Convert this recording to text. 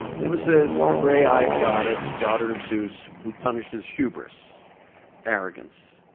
nemesis, the gray-eyed goddess, daughter of zeus, who punishes hubris arrogance.